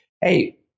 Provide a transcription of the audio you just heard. Hey